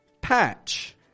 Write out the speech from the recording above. Patch